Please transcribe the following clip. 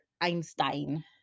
Einstein